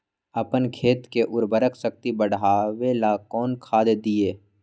अपन खेत के उर्वरक शक्ति बढावेला कौन खाद दीये?